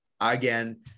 Again